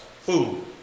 food